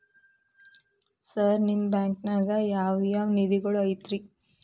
Sir ನಿಮ್ಮ ಬ್ಯಾಂಕನಾಗ ಯಾವ್ ಯಾವ ನಿಧಿಗಳು ಐತ್ರಿ?